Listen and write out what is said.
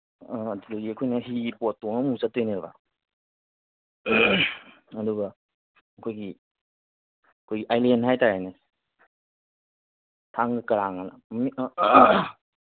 ꯑ ꯑꯗꯨꯗꯒꯤ ꯑꯩꯈꯣꯏꯅ ꯍꯤꯒꯤ ꯕꯣꯠ ꯇꯣꯡꯉ ꯑꯃꯨꯛ ꯆꯠꯇꯣꯏꯅꯦꯕ ꯑꯗꯨꯒ ꯑꯩꯈꯣꯏꯒꯤ ꯑꯩꯈꯣꯏ ꯑꯥꯏꯂꯦꯟ ꯍꯥꯏ ꯇꯥꯔꯦꯅꯦ ꯊꯥꯡꯒ ꯀꯔꯥꯡꯑꯅ